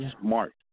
smart